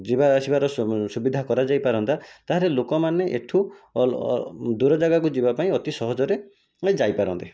ଯିବାଆସିବାର ସୁବିଧା କରାଯାଇପାରନ୍ତା ତା'ହେଲେ ଲୋକମାନେ ଏଠୁ ଦୂରଜାଗାକୁ ଯିବା ପାଇଁ ଅତି ସହଜରେ ଯାଇପାରନ୍ତେ